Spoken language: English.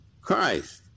Christ